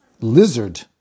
lizard